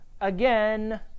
again